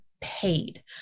paid